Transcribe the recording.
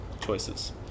choices